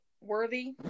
worthy